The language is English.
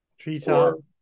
treetop